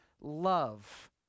love